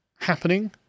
happening